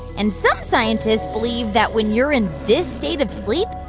and some scientists believe that when you're in this state of sleep,